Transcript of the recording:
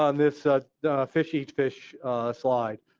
um this ah fish eats fish slide.